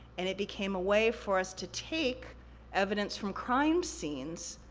and it became a way for us to take evidence from crime scenes,